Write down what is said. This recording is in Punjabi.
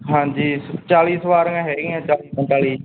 ਹਾਂਜੀ ਚਾਲੀ ਸਵਾਰੀਆਂ ਹੈਗੀਆ ਚਾਲੀ ਪੰਤਾਲੀ